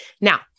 Now